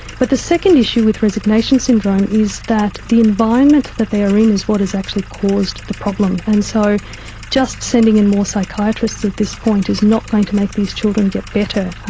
but the second issue with resignation syndrome is that the environment that they are in is what has actually caused the problem. and so just sending in more psychiatrists at this point is not going to make these children get better.